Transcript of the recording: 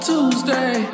Tuesday